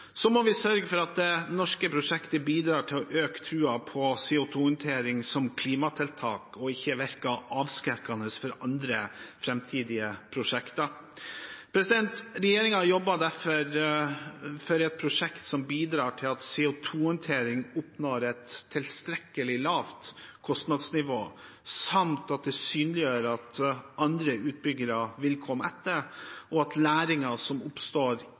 Så må vi sørge for at det norske prosjektet bidrar til å øke trua på CO 2 -håndtering som klimatiltak og ikke virker avskrekkende for andre framtidige prosjekter. Regjeringen jobber derfor for et prosjekt som bidrar til at CO 2 -håndtering oppnår et tilstrekkelig lavt kostnadsnivå, samt at det synliggjør at andre utbyggere vil komme etter, og at læringen som oppstår